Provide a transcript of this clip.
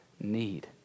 need